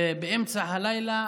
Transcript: באמצע הלילה,